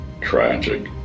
tragic